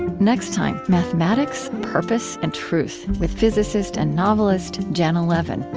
next time, mathematics, purpose, and truth, with physicist and novelist janna levin.